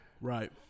right